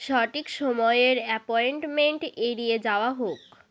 সঠিক সময়ের অ্যাপয়েন্টমেন্ট এড়িয়ে যাওয়া হোক